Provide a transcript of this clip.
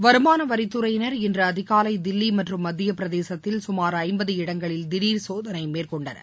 வருமான வரித்துறையினர் இன்று அதிகாலை தில்லி மற்றும் மத்தியபிரதேசத்தில் கமார் ஐம்பது இடங்களில் திடர் சோதனை மேற்கொண்டனர்